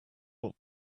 what